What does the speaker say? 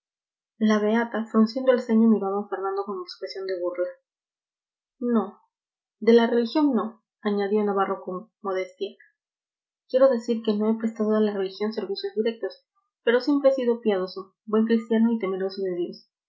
miró a don fernando con expresión de burla no de la religión no añadió navarro con modestia quiero decir que no he prestado a la religión servicios directos pero siempre he sido piadoso buen cristiano y temeroso de dios